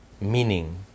meaning